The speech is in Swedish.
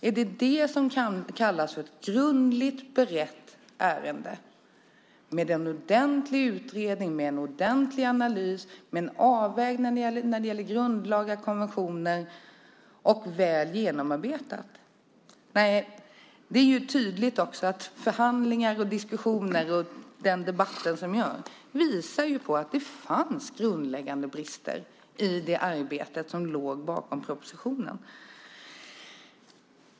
Är det detta som kallas för ett grundligt berett och väl genomarbetat ärende med en ordenlig utredning, med en ordentlig analys och med en avvägning när det gäller grundlagar och konventioner? Nej, förhandlingar och diskussioner visar att det fanns grundläggande brister i det arbete som låg bakom propositionen.